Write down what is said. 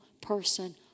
person